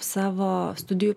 savo studijų